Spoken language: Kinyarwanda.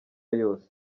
yose